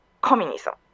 communism